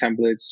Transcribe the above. templates